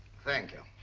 thank you.